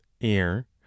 air